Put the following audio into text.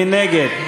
מי נגד?